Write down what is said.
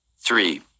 Three